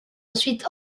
ensuite